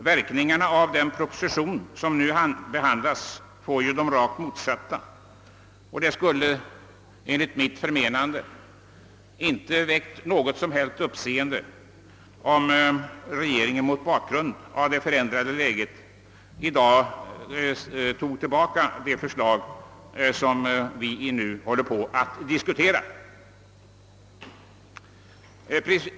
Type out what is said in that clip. Verkningarna av den proposition som nu behandlas blir de rakt motsatta, och det skulle enligt mitt förmenande inte ha väckt något som helst uppseende, om regeringen mot bakgrund av det förändrade läget i dag tagit tillbaka det förslag som vi nu håller på att diskutera.